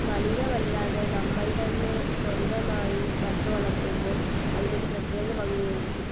മലിനമല്ലാതെ നമ്മൾ തന്നെ സ്വന്തമായി നട്ടുവളർത്തുമ്പോൾ അതിനൊരു പ്രത്യേക ഭംഗിയായിരിക്കും